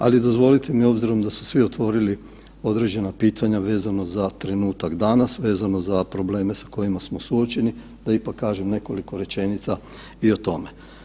Ali, dozvolite mi, obzirom da su svi otvorili određena pitanja vezano za trenutak danas, vezano za probleme s kojima smo suočeni da ipak kažem nekoliko rečenica i o tome.